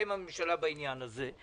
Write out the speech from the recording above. אתם הממשלה בעניין הזה: